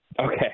Okay